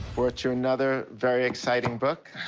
brought you another very exciting book.